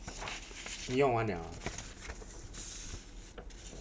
你用完了 ah